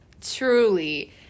truly